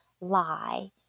lie